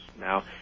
Now